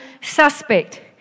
suspect